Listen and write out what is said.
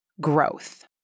growth